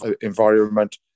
environment